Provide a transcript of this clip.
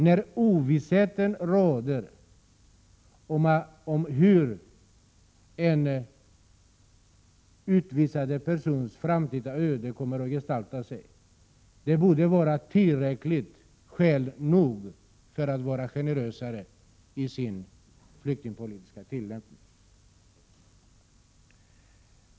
Där ovisshet råder om hur en utvisad persons framtida öde kommer att gestalta sig borde det vara tillräckligt skäl att vara mera generös i den flyktingpolitiska tillämpningen.